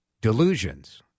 delusions